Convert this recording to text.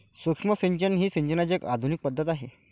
सूक्ष्म सिंचन ही सिंचनाची एक आधुनिक पद्धत आहे